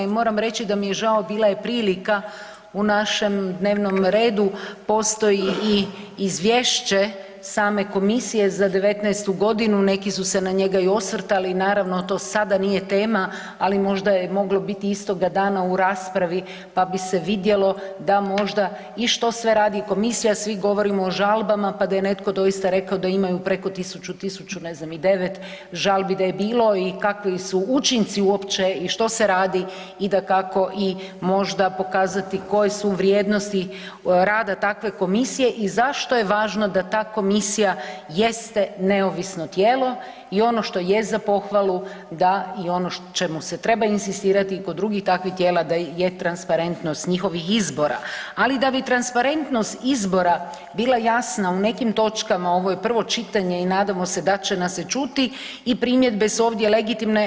I moramo reći da mi je žao bila je prilika u našem dnevnom redu postoji i izvješće same komisije za '19.g. neki su se na njega i osvrtali, naravno to sada nije tema, ali možda je moglo biti istoga dana u raspravi pa bi se vidjelo da možda i što sve radi komisija, svi govorimo o žalbama pa da je netko doista rekao da imaju preko 1000, 1009 žalbi da je bilo i kakvi su učinci uopće i što se radi i dakako i možda pokazati koje su vrijednosti rada takve komisije i zašto je važno da ta komisija jeste neovisno tijelo i ono što je za pohvalu, da i ono čemu se treba inzistirati i kod drugih takvih tijela da je transparentnost njihovih izbora, ali da bi transparentnost izbora bila jasna u nekim točkama ovo je prvo čitanje i nadamo se da će nas se čuti i primjedbe su ovdje legitimne.